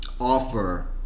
offer